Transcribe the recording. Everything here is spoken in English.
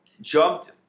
jumped